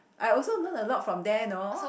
I also learn a lot from there you know